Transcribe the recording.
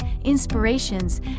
Inspirations